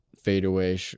fadeaway